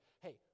hey